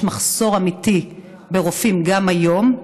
יש מחסור אמיתי ברופאים גם היום.